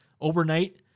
overnight